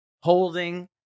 holding